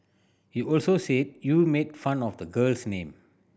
he also said you made fun of the girl's name